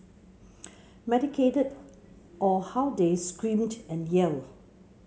medicated or how they screamed and yelled